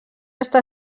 està